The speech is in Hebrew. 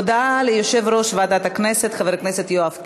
הודעה ליושב-ראש ועדת הכנסת חבר הכנסת יואב קיש,